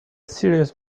serious